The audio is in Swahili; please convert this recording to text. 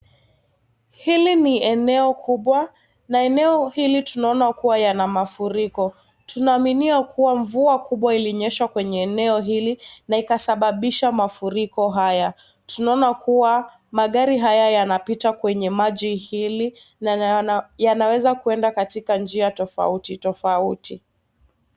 Hili ni eneo kubwa. Na eneo hili tunaona kuwa yana mafuriko. Tunaaminia kuwa mvua kubwa ilinyesha kwenye eneo hili na ikasababisha mafuriko haya. Tunaona kuwa magari haya yanapita kwenye maji hili, na yanaweza kwenda katika njia tofauti tofauti.